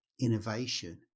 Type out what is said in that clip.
innovation